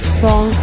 Strong